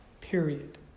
Period